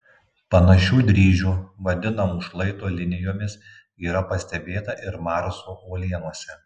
panašių dryžių vadinamų šlaito linijomis yra pastebėta ir marso uolienose